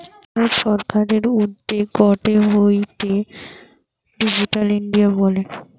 ভারত সরকারের উদ্যোগ গটে হতিছে ডিজিটাল ইন্ডিয়া বলে